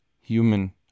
human